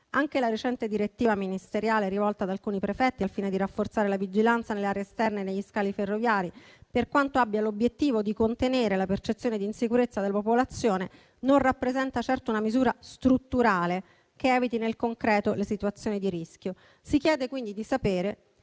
anche la recente direttiva ministeriale rivolta ad alcuni prefetti al fine di rafforzare la vigilanza nell'area esterna e negli scali ferroviari, per quanto abbia l'obiettivo di contenere la percezione di insicurezza della popolazione, non rappresenta certo una misura strutturale che eviti nel concreto le situazioni di rischio. Si chiede quindi di sapere